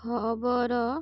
ଖବର